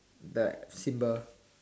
the symbol